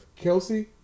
Kelsey